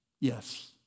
Yes